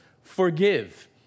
forgive